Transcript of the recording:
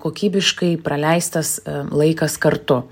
kokybiškai praleistas laikas kartu